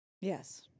Yes